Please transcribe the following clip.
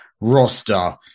Roster